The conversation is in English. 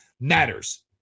matters